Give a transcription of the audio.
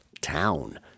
town